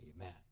Amen